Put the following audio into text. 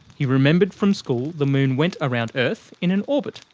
he remembered from school, the moon went around earth in an orbit,